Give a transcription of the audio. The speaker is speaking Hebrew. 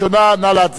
נא להצביע.